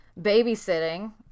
Babysitting